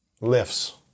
lifts